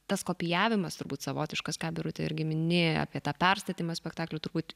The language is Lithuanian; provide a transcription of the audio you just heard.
tas kopijavimas turbūt savotiškas ką birute irgi mini apie tą perstatymą spektaklių turbūt